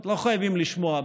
אתם לא חייבים לשמוע,